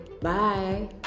Bye